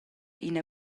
ina